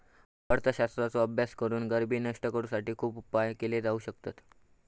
अर्थशास्त्राचो अभ्यास करून गरिबी नष्ट करुसाठी खुप उपाय केले जाउ शकतत